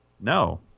No